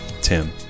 Tim